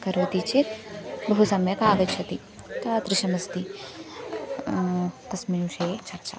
करोति चेत् बहु सम्यक् आगच्छति तादृशमस्ति तस्मिन् विषये चर्चा